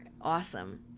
awesome